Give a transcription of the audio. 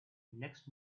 next